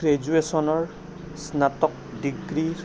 গ্ৰেজুৱেচনৰ স্নাতক ডিগ্ৰী